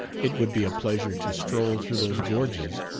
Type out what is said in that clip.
it would be a pleasure to stroll through those gorges,